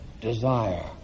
desire